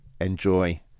enjoy